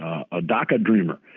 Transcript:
a daca dreamer?